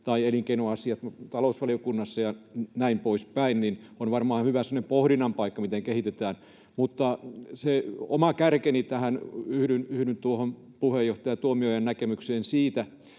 tai elinkeinoasiat talousvaliokunnassa ja näin pois päin. Se on varmaan semmoinen hyvä pohdinnan paikka, miten kehitetään. Mutta se oma kärkeni tähän: Yhdyn tuohon puheenjohtaja Tuomiojan näkemykseen, että